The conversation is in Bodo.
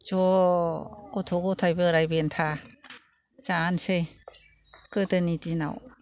ज' गथ' गथाइ बोराइ बेन्थ' जानोसै गोदोनि दिनाव